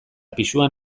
pisuan